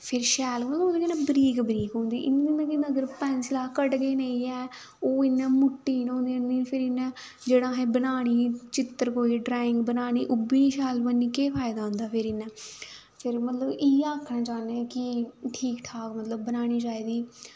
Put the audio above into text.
फिर शैल मतलब उ'दे कन्नै बरीक बरीक होंदी इयां अगर पैन्सल अस घड़गे नेईं ऐ ओह् इयां मुट्टी इयां होंदी फिर इ'नें जेह्ड़ा असें बनानी चित्तर कोई ड्राइंग बनानी ओह् बी निं शैल बन'नी केह् फायदा उं'दा फिर इयां फिर मतलब इयै आक्खना चाह्ने कि ठीक ठाक मतलब बनानी चाहिदी